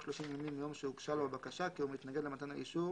30 ימים מיום שהוגשה לו הבקשה כי הוא מתנגד למתן האישור,